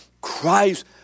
Christ